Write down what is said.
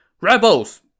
Rebels